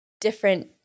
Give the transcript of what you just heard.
different